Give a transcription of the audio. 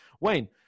Wayne